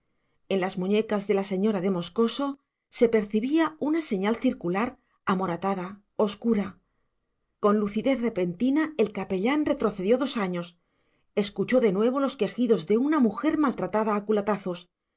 en las muñecas de la señora de moscoso se percibía una señal circular amoratada oscura con lucidez repentina el capellán retrocedió dos años escuchó de nuevo los quejidos de una mujer maltratada a culatazos